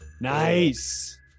Nice